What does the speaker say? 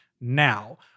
now